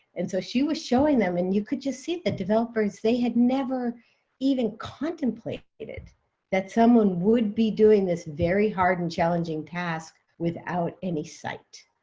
and so she was showing them. and you could just see the developers they had never even contemplated that someone would be doing this very hard and challenging task without any sight,